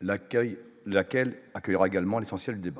l'accueil, laquelle accueillera également l'essentiel des